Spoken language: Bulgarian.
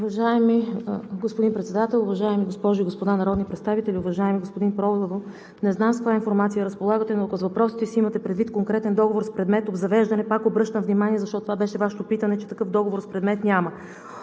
Уважаеми господин Председател, уважаеми госпожи и господа народни представители! Уважаеми господин Проданов, не знам с каква информация разполагате, но ако с въпросите си имате предвид конкретен договор с предмет „обзавеждане“, пак обръщам внимание, защото това беше Вашето питане, че такъв договор с предмет няма.